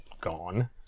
gone